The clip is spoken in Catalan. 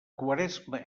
quaresma